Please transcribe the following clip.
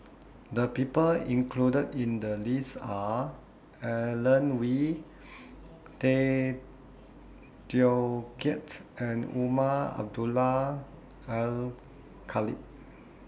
The People included in The list Are Alan Oei Tay Teow Kiat and Umar Abdullah Al Khatib